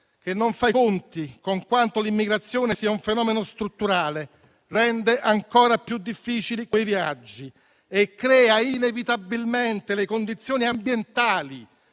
che non fa i conti con quanto l'immigrazione sia un fenomeno strutturale, rende ancora più difficili quei viaggi e crea, inevitabilmente, le condizioni ambientali